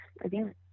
again